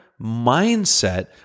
mindset